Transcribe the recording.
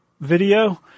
video